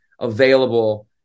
available